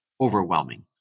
overwhelming